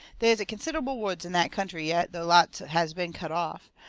they is considerable woods in that country yet, though lots has been cut off.